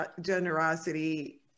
generosity